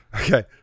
Okay